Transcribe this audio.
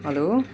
hello